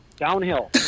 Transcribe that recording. Downhill